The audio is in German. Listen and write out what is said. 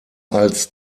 als